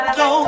go